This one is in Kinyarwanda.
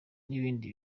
n’ibindi